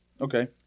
Okay